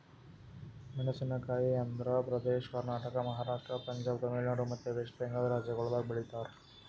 ಮೇಣಸಿನಕಾಯಿ ಆಂಧ್ರ ಪ್ರದೇಶ, ಕರ್ನಾಟಕ, ಮಹಾರಾಷ್ಟ್ರ, ಪಂಜಾಬ್, ತಮಿಳುನಾಡು ಮತ್ತ ವೆಸ್ಟ್ ಬೆಂಗಾಲ್ ರಾಜ್ಯಗೊಳ್ದಾಗ್ ಬೆಳಿತಾರ್